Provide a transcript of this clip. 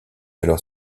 alors